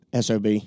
sob